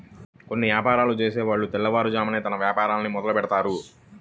కొన్ని యాపారాలు చేసేవాళ్ళు తెల్లవారుజామునే తమ వ్యాపారాన్ని మొదలుబెడ్తారు